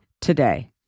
today